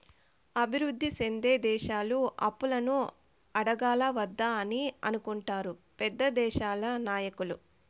అభివృద్ధి సెందే దేశాలు అప్పులను అడగాలా వద్దా అని అనుకుంటారు పెద్ద దేశాల నాయకులు